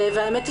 והאמת היא,